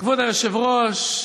כבוד היושב-ראש,